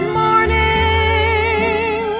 morning